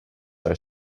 are